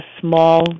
small